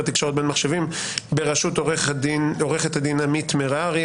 תקשורת בין מחשבים ברשות עוה"ד עמית מררי,